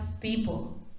people